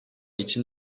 için